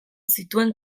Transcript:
zituen